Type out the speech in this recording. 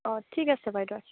অ ঠিক আছে বাইদেউ